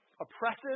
oppressive